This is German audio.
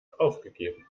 aufgegeben